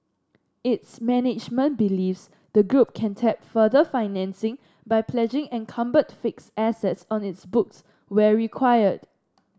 its management believes the group can tap further financing by pledging encumbered fixed assets on its books where required